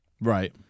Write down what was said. right